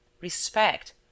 respect